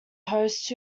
host